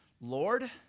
Lord